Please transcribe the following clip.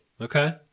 Okay